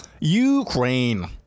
Ukraine